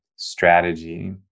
Strategy